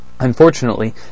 Unfortunately